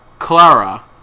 Clara